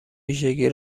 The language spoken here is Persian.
ویژگی